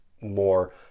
more